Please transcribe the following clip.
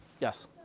Yes